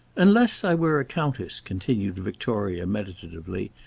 unless i were a countess! continued victoria, meditatively,